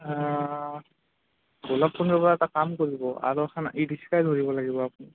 গোলাপকুঞ্জৰপৰা এটা কাম কৰিব আৰু এখন ই ৰিক্সাই ঘূৰিব লাগিব আপুনি